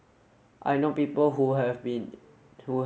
Muji Bose and Sunquick